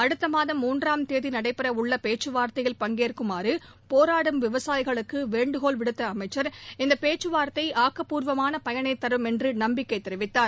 அடுத்த மாதம் மூன்றாம் தேதி நடைபெறவுள்ள பேச்சுவார்த்தையில் பங்கேற்குமாறு போராடும் விவசாயிகளுக்கு வேண்டுகோள் விடுத்த அமைச்சர் இந்த பேச்சுவார்த்தை ஆக்கப்பூர்வமான பயனை தரும் என்று நம்பிக்கை தெரிவித்தார்